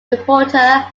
reporter